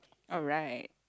oh right